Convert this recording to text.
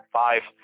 five